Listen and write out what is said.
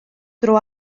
dro